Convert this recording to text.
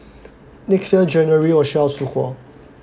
next year January 活